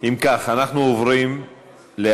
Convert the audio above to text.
אם כך, אנחנו עוברים להצבעה.